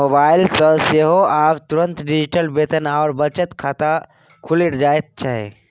mobile सँ सेहो आब तुरंत डिजिटल वेतन आओर बचत खाता खुलि जाइत छै